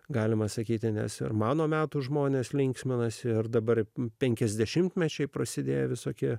galima sakyti nes ir mano metų žmonės linksminasi ar dabar penkiasdešimtmečiai prasidėjo visokie